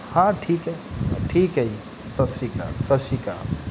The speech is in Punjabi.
ਹਾਂ ਠੀਕ ਹੈ ਠੀਕ ਹੈ ਜੀ ਸਤਿ ਸ਼੍ਰੀ ਅਕਾਲ ਸਤਿ ਸ਼੍ਰੀ ਅਕਾਲ